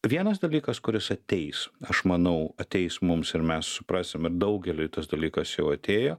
vienas dalykas kuris ateis aš manau ateis mums ir mes suprasime ir daugeliui tas dalykas jau atėjo